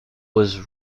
was